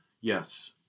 yes